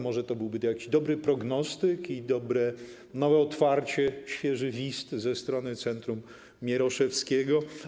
Może to byłby jakiś dobry prognostyk i dobre, nowe otwarcie, świeży wist ze strony centrum Mieroszewskiego.